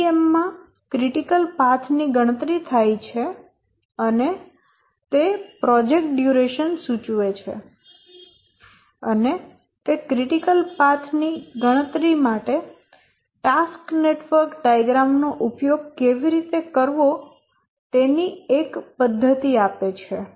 CPM માં critical path ની ગણતરી થાય છે અને તે પ્રોજેક્ટ ડ્યુરેશન સૂચવે છે અને તે ક્રિટિકલ પાથ ની ગણતરી માટે ટાસ્ક નેટવર્ક ડાયાગ્રામ નો ઉપયોગ કેવી રીતે કરવો તેની એક પદ્ધતિ આપે છે